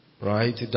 right